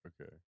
okay